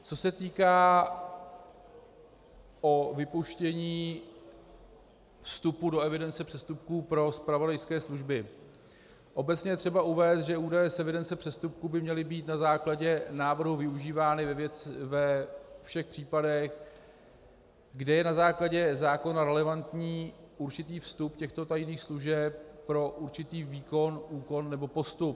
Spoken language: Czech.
Co se týká vypuštění vstupu do evidence přestupků pro zpravodajské služby, obecně je třeba uvést, že údaje z evidence přestupků by měly být na základě návrhu využívány ve všech případech, kdy je na základě zákona relevantní určitý vstup těchto tajných služeb pro určitý výkon, úkon nebo postup.